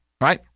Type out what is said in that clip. right